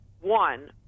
one